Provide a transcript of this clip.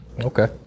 okay